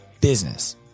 business